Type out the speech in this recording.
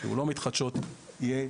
שהוא לא מתחדשות, יהיה